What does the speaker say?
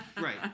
Right